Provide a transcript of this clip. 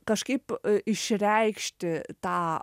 kažkaip išreikšti tą